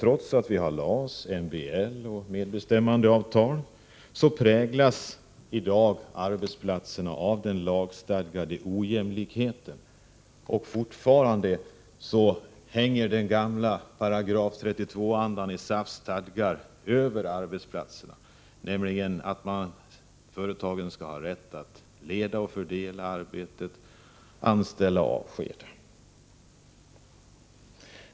Trots att vi har LAS, MBL och medbestämmandeavtal präglas i dag arbetsplatserna av den lagstadgade ojämlikheten. Fortfarande hänger gamla § 32-andan i SAF:s stadgar över arbetsplatser, nämligen att arbetsgivaren skall ha rätt att leda och fördela arbetet, anställa och avskeda.